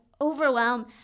overwhelm